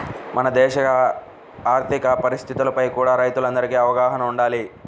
మన దేశ ఆర్ధిక పరిస్థితులపై కూడా రైతులందరికీ అవగాహన వుండాలి